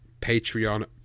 patreon